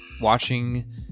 watching